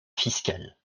fiscales